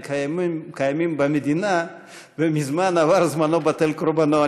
קיימים במדינה ומזמן "עבר זמנו בטל קורבנו".